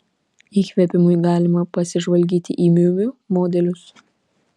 įkvėpimui galima pasižvalgyti į miu miu modelius